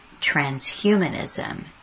transhumanism